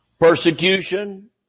Persecution